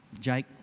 Jake